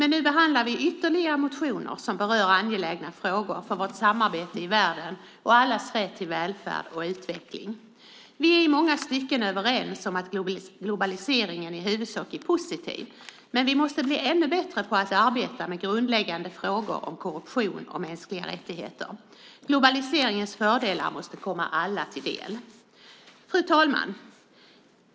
Nu behandlar vi ytterligare motioner som berör angelägna frågor för vårt samarbete i världen och allas rätt till välfärd och utveckling. Vi är i många stycken överens om att globaliseringen i huvudsak är positiv, men vi måste bli ännu bättre på att arbeta med grundläggande frågor om korruption och mänskliga rättigheter. Globaliseringens fördelar måste komma alla till del. Fru talman!